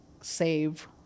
save